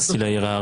רציתי להעיר הערה,